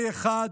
A1,